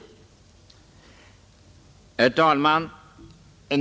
Herr talman!